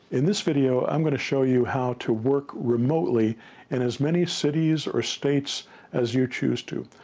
in this video i'm going to show you how to work remotely in as many cities or states as you choose to.